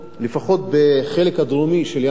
לפחות בחלק הדרומי של ים-המלח,